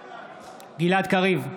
קריב,